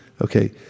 Okay